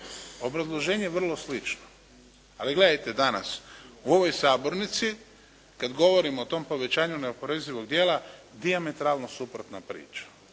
obrazloženje je vrlo slično. Ali gledajte danas, u ovoj sabornici kada govorimo o tom povećanju neoporezivog dijela dijametralno suprotna priča.